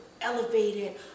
elevated